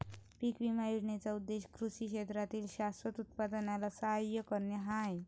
पीक विमा योजनेचा उद्देश कृषी क्षेत्रातील शाश्वत उत्पादनाला सहाय्य करणे हा आहे